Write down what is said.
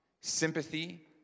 sympathy